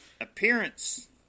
Appearance